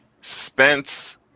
Spence